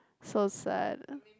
so sad